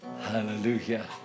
Hallelujah